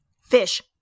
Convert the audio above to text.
Fish